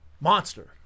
Monster